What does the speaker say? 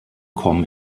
kommen